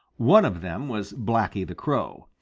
one of them was blacky the crow.